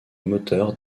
moteur